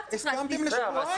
הסכמתם לשבועיים.